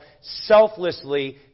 selflessly